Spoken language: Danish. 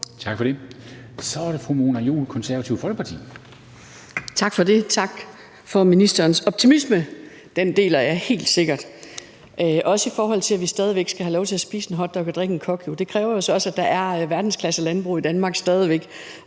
Tak for det. Så er det fru Mona Juul, Det Konservative Folkeparti. Kl. 16:06 Mona Juul (KF): Tak for det, og tak for ministerens optimisme – den deler jeg helt sikkert, også i forhold til at vi stadig væk skal have lov til at spise en hotdog og drikke en Cocio. Men det kræver jo så også, at der stadig væk er et verdensklasselandbrug i Danmark, og